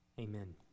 amen